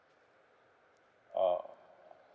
ah